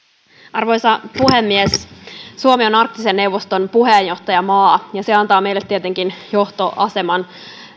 arvoisa puhemies suomi on arktisen neuvoston puheenjohtajamaa ja se antaa meille tietenkin johtoaseman